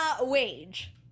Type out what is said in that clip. Wage